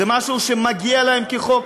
זה משהו שמגיע להם כחוק,